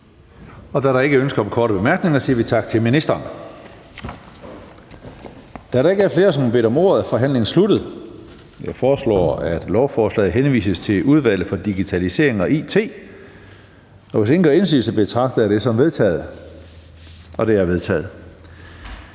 Da der ikke er ønsker om korte bemærkninger, siger vi tak til ministeren. Da der ikke er flere, som har bedt om ordet, er forhandlingen sluttet. Jeg foreslår, at lovforslaget henvises til Udvalget for Digitalisering og It. Hvis ingen gør indsigelse, betragter jeg det som vedtaget. Det er vedtaget.